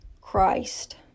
Christ